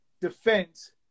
defense